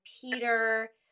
Peter